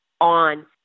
on